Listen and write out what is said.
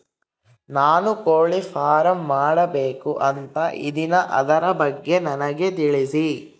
ನಾನು ಕೋಳಿ ಫಾರಂ ಮಾಡಬೇಕು ಅಂತ ಇದಿನಿ ಅದರ ಬಗ್ಗೆ ನನಗೆ ತಿಳಿಸಿ?